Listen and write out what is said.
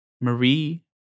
Marie